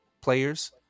players